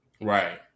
Right